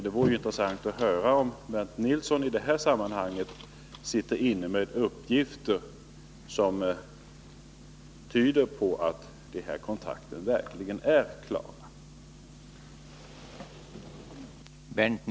Det vore intressant att höra om Bernt Nilsson i det här sammanhanget sitter inne med uppgifter som tyder på att kontrakten är klara.